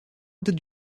did